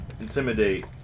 intimidate